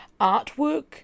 artwork